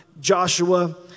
Joshua